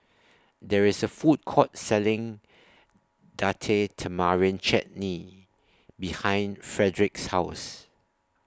There IS A Food Court Selling Date Tamarind Chutney behind Fredric's House